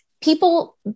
people